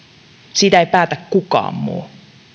siitä ei päätä kukaan muu